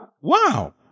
Wow